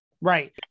Right